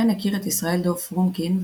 כן הכיר את ישראל דוב פרומקין,